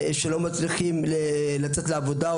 שלא מצליחים לצאת לעבודה,